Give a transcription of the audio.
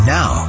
Now